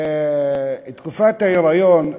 תקופת ההיריון,